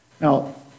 Now